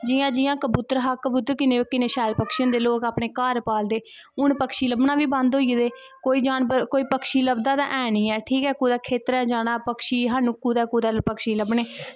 जियां जियां कबूतर कबूतर किन्नें शैल पक्षी होंदे लोेग अपनें घर पालदे हून पक्षी लब्भनां बी बंद होई गेदे कोई पक्षी ते लब्भदा ते है नी ऐ ठीक ऐ कुदै खेत्तरैं जाना पक्षी स्हानू कुदै पक्षी लब्भनें